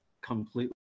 completely